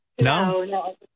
No